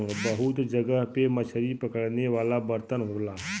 बहुत जगह पे मछरी पकड़े वाला बर्तन होला